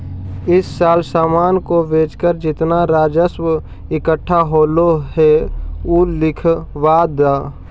इस साल सामान को बेचकर जितना राजस्व इकट्ठा होलो हे उ लिखवा द